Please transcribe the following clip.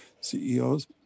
CEOs